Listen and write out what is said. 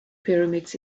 pyramids